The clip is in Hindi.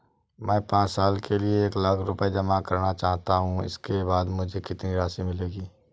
मैं पाँच साल के लिए एक लाख रूपए जमा करना चाहता हूँ इसके बाद मुझे कितनी राशि मिलेगी?